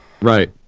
right